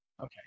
Okay